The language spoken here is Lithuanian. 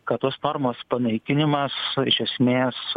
kad tos formos panaikinimas iš esmės